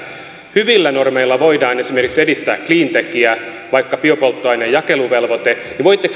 hyvillä normeilla voidaan esimerkiksi edistää cleantechia vaikka biopolttoaineen jakeluvelvoite ja jos te voitte